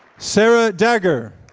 sara dagher.